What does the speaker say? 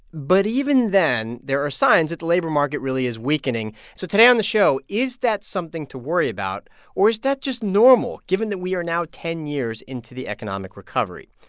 but even then, there are signs that the labor market really is weakening. so today on the show, is that something to worry about or is that just normal, given that we are now ten years into the economic recovery?